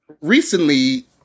recently